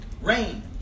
rain